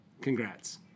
Congrats